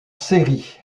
série